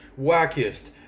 wackiest